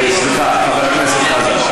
סליחה, חבר הכנסת חזן.